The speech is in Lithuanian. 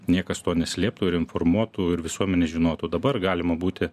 niekas to neslėptų ir informuotų ir visuomenė žinotų dabar galima būti